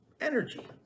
Energy